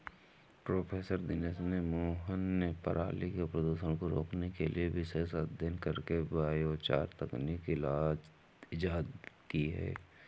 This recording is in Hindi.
प्रोफ़ेसर दिनेश मोहन ने पराली के प्रदूषण को रोकने के लिए विशेष अध्ययन करके बायोचार तकनीक इजाद की है